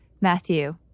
Matthew